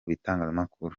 bitangazamakuru